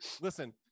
Listen